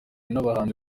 n’abahanzi